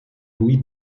louis